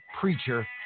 preacher